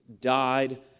died